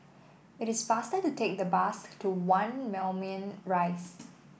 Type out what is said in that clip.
it is faster to take the bus to One Moulmein Rise